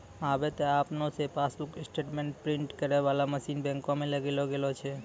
आबे त आपने से पासबुक स्टेटमेंट प्रिंटिंग करै बाला मशीन बैंको मे लगैलो गेलो छै